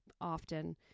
often